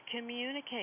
communicate